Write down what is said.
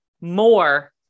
more